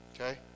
Okay